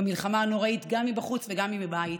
במלחמה הנוראית גם מבחוץ וגם מבית.